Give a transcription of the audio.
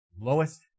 lowest